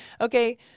okay